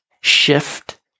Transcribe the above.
shift